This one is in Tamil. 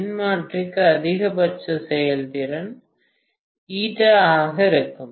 மின்மாற்றிக்கு அதிகபட்சம் செயல்திறன் ɳ ஆக இருக்கும்